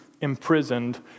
imprisoned